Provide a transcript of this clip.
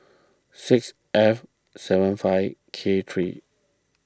six F seven five K three